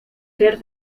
ser